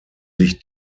sich